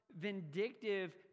vindictive